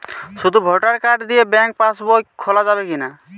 শুধু voter card দিয়ে bank pass বই খোলা যাবে কিনা?